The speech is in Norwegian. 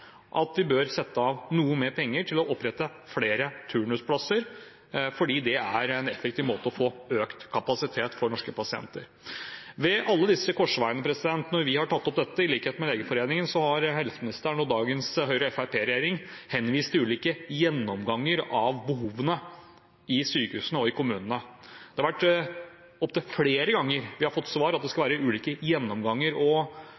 at vi bør sette av noe mer penger til å opprette flere turnusplasser, fordi det er en effektiv måte å få økt kapasitet for norske pasienter. Ved alle disse korsveiene når vi har tatt opp dette, i likhet med Legeforeningen, har helseministeren og dagens Høyre–Fremskrittsparti-regjering henvist til ulike gjennomganger av behovene i sykehusene og i kommunene. Det har vært opptil flere ganger vi har fått til svar at det